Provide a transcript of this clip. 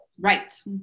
Right